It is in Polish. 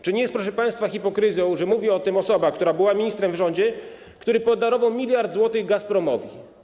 Czy nie jest, proszę państwa, hipokryzją, że mówi o tym osoba, która była ministrem w rządzie, który podarował 1 mld zł Gazpromowi?